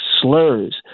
slurs